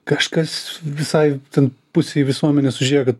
kažkas visai ten pusei visuomenės užėjo kad